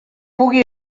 pugui